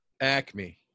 Acme